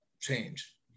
change